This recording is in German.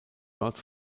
dort